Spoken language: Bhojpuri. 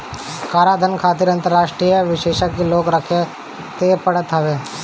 कराधान खातिर अंतरराष्ट्रीय कर विशेषज्ञ लोग के रखे के पड़त हवे